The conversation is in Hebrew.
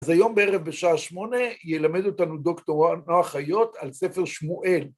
אז היום בערב בשעה שמונה ילמד אותנו דוקטור נוער חיות על ספר שמואל.